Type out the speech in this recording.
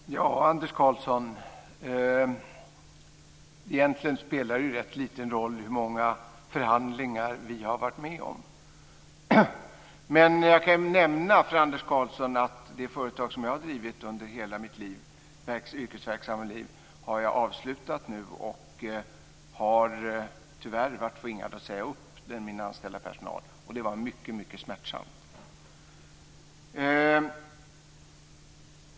Fru talman! Anders Karlsson! Egentligen spelar det rätt liten roll hur många förhandlingar vi har varit med om. Jag kan dock nämna för Anders Karlsson att jag nu har avslutat det företag som jag har drivit under hela mitt yrkesverksamma liv. Tyvärr blev jag tvingad att säga upp min anställda personal, och det var mycket, mycket smärtsamt.